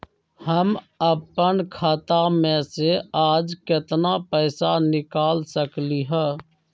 हम अपन खाता में से आज केतना पैसा निकाल सकलि ह?